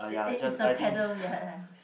it it's a paddle ya ya